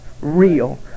real